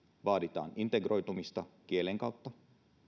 vaaditaan integroitumista kielen kautta